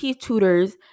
tutors